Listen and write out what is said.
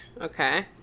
Okay